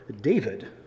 David